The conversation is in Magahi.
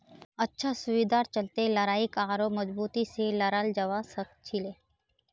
अच्छा सुविधार चलते लड़ाईक आढ़ौ मजबूती से लड़ाल जवा सखछिले